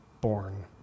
born